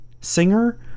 Singer